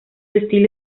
estilo